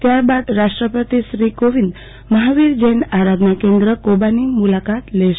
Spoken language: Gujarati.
ત્યારબાદ રાષ્ટ્રપતિ શ્રી કોવિંદ મહાવીર જૈન આરાધના કેન્દ્ર કોબાની મુલાકાત લેશે